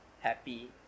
happy